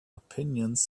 opinions